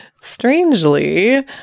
strangely